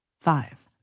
five